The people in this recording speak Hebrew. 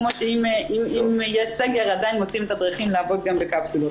כמו שאם יש סגר עדיין מוצאים את הדרכים לעבוד גם בקפסולות,